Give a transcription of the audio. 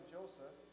Joseph